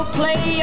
play